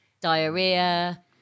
diarrhea